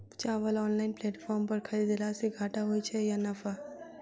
चावल online platform पर खरीदलासे घाटा होइ छै या नफा?